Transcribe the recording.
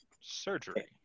Surgery